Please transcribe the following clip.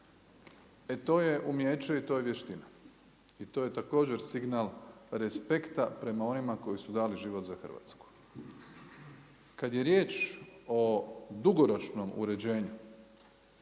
E to je umijeće i to je vještina i to je također signal respekta prema onima koji su dali život za Hrvatsku. Kad je riječ o dugoročnom uređenju,